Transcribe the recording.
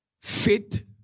fit